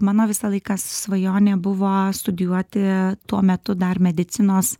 mano visą laiką svajonė buvo studijuoti tuo metu dar medicinos